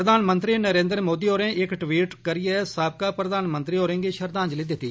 प्रधानमंत्री नरेन्द्र मोदी होरें इक ट्वीट करियै साबका प्रधानमंत्री होरें गी श्रद्वांजलि दिती